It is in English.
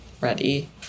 ready